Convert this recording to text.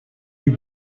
you